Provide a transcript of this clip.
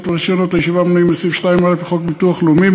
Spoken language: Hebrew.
ורישיונות הישיבה המנויים בסעיף 2א לחוק הביטוח הלאומי,